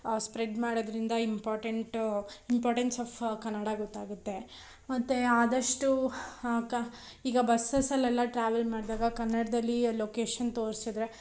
spread ಮಾಡೋದರಿಂದ important importance of Kannada ಗೊತ್ತಾಗುತ್ತೆ ಮತ್ತು ಆದಷ್ಟು ಈಗ ಬಸ್ಸಸ್ಸಲ್ಲೆಲ್ಲ ಟ್ರಾವೆಲ್ ಮಾಡಿದಾಗ ಕನ್ನಡದಲ್ಲಿ ಲೊಕೇಶನ್ ತೋರ್ಸಿದ್ರೆ